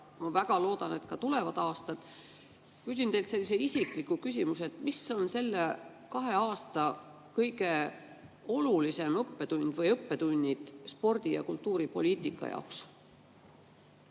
ma väga loodan, et ka tulevatel aastatel. Ma küsin teilt sellise isikliku küsimuse: mis on olnud nende kahe aasta kõige olulisem õppetund või õppetunnid spordi- ja kultuuripoliitika jaoks?